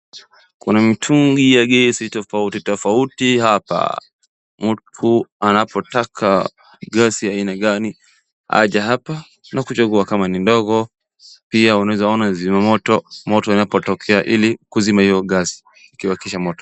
Kuna mitungi ya gesi tofauti tofauti hapa. Mtu anapotaka gasi ya aina gani aja hapa na kuchagua kama ni ndogo pia unaeza ona zima moto, moto inapotokea ili kuzima io gasi ukiwakisha moto.